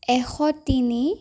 এশ তিনি